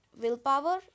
willpower